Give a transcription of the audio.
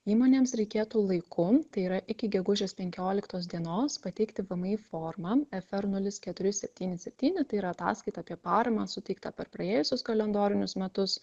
įmonėms reikėtų laiku tai yra iki gegužės penkioliktos dienos pateikti vmi formą fr nulis keturi septyni septyni tai yra ataskaita apie paramą suteiktą per praėjusius kalendorinius metus